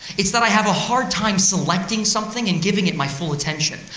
it's that i have a hard time selecting something and giving it my full attention.